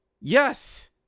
Yes